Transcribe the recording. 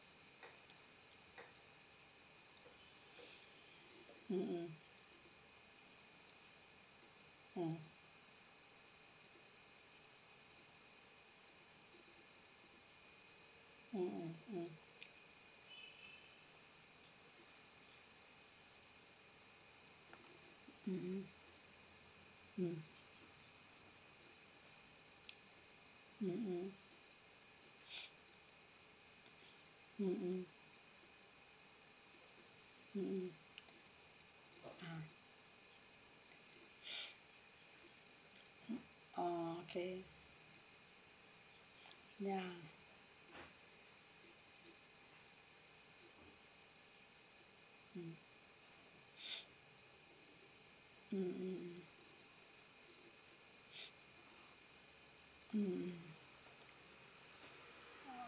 mm mm mm mm mm mm mmhmm mm mm mm mm mm mm mm ah oh okay yeah mm mm mm mm mm